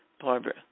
Barbara